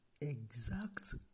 exact